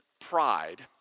pride